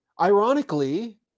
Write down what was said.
Ironically